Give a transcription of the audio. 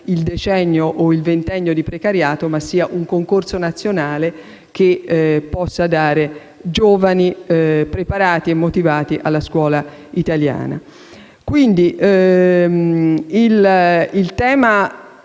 il decennio o il ventennio di precariato, ma un concorso nazionale che possa dare giovani preparati e motivati alla scuola italiana. Il tema